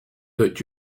that